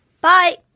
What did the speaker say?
Bye